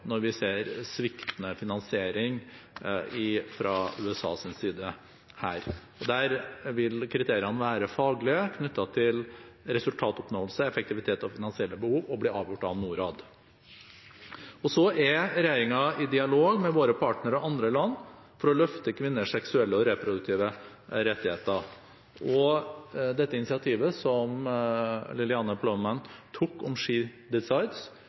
når vi ser sviktende finansiering fra USAs side. Der vil kriteriene være faglige knyttet til resultatoppnåelse, effektivitet og finansielle behov og blir avgjort av Norad. Regjeringen er i dialog med våre partnere og andre land for å løfte kvinners seksuelle og reproduktive rettigheter. Initiativet som Lilianne Ploumen tok til «She Decides»,